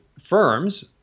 firms